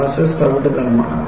molasses തവിട്ടുനിറമാണ്